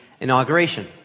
inauguration